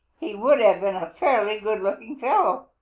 he would have been a fairly good-looking fellow.